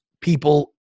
people